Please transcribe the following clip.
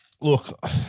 look